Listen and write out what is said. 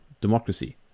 democracy